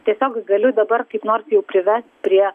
tiesiog galiu dabar kaip nors jau privest prie